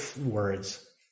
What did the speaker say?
words